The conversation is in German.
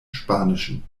spanischen